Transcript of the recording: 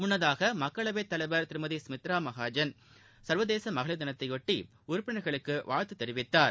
முன்னதாக மக்களவைத்தலைவர் திருமதி சுமித்ரா மஹாஜன் சர்வதேச மகளிர் தினத்தை ஒட்டி உறுப்பினர்களுக்கு வாழ்த்து தெரிவித்தார்